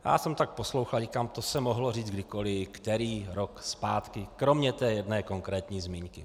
Já jsem tak poslouchal, říkám, to se mohlo říct kdykoliv, kterýkoliv rok zpátky, kromě té jedné konkrétní zmínky.